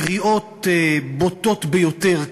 קריאות בוטות ביותר,